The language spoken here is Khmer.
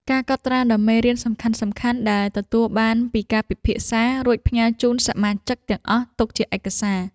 ការកត់ត្រានូវមេរៀនសំខាន់ៗដែលទទួលបានពីការពិភាក្សា រួចផ្ញើជូនសមាជិកទាំងអស់ទុកជាឯកសារ។